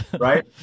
Right